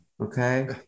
Okay